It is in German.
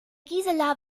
gisela